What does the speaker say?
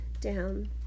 down